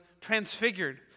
transfigured